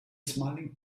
smiling